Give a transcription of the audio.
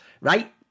right